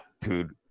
dude